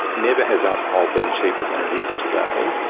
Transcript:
never has alcohol been cheaper than it is today,